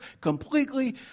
completely